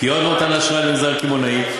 בקיאות במתן אשראי למגזר הקמעונאי,